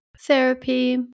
therapy